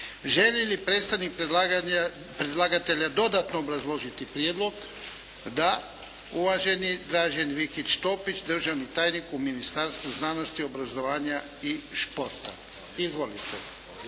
Želi li predstavnik predlagatelja dodatno obrazložiti prijedlog? Da. Uvaženi Dražen Vikić-Topić, državni tajnik u Ministarstvu znanosti obrazovanja i športa. Izvolite.